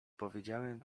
powiedziałem